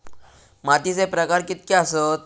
मातीचे प्रकार कितके आसत?